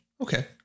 Okay